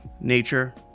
nature